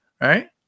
right